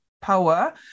power